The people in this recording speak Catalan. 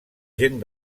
gent